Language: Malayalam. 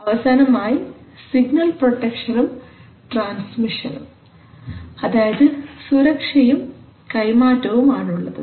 അവസാനമായി സിഗ്നൽ പ്രൊട്ടക്ഷനും ട്രാൻസ്മിഷനും അതായത് സുരക്ഷയും കൈമാറ്റവും ആണുള്ളത്